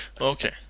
Okay